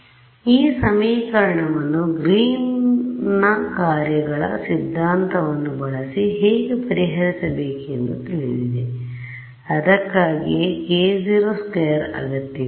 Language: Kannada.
ಆದ್ದರಿಂದ ಈ ಸಮೀಕರಣವನ್ನು ಗ್ರೀನ್ನ ಕಾರ್ಯಗಳGreen's functions ಸಿದ್ಧಾಂತವನ್ನು ಬಳಸಿ ಹೇಗೆ ಪರಿಹರಿಸಬೇಕೆಂದು ತಿಳಿದಿದೆ ಅದಕ್ಕಾಗಿಯೇ k02 ಅಗತ್ಯವಿದೆ